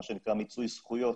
מה שנקרא מיצוי זכויות,